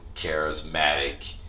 charismatic